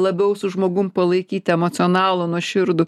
labiau su žmogum palaikyt emocionalų nuoširdų